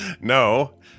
No